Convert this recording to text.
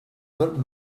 that